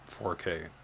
4K